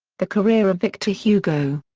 the career of victor hugo.